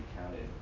counted